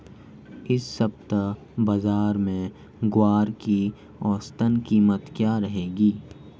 इस सप्ताह बाज़ार में ग्वार की औसतन कीमत क्या रहेगी?